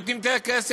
נותנים יותר כסף,